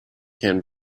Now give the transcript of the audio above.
can